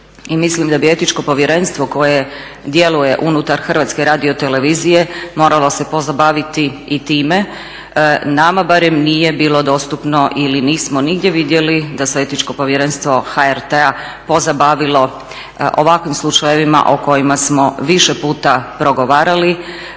mislim da bi Etičko povjerenstvo koje djeluje unutar HRT-a moralo se pozabaviti i time. Nama barem nije bilo dostupno ili nismo nigdje vidjeli da se Etičko povjerenstvo HRT-a pozabavilo ovakvim slučajevima o kojima smo više puta progovarali,